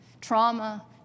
trauma